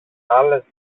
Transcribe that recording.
άλλες